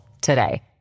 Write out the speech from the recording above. today